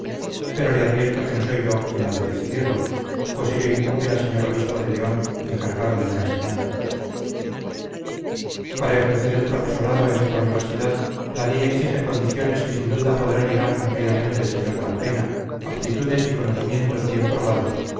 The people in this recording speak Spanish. pero le advierto que no soy yo quien ha de decidirlo pues ello incumbe al señor obispo de león encargado de la enseñanza para ejercer el profesorado en esta universidad la ley exige condiciones que sin duda podrá llenar cumplidamente el sr calpena aptitudes y conocimientos bien probados